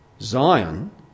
Zion